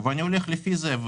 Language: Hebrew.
ואני הולך לפי זה.